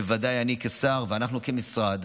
בוודאי אני כשר ואנחנו כמשרד,